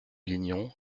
lignon